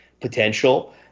potential